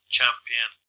champion